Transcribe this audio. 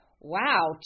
wow